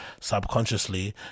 subconsciously